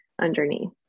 underneath